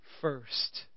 first